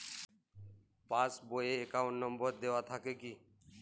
Pass বই এ account number দেওয়া থাকে কি?